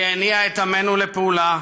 היא הניעה את עמנו לפעולה,